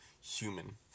human